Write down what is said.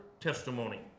testimony